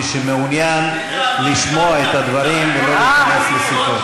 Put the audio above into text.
מי שמעוניין לשמוע את הדברים ולא להיכנס לשיחות.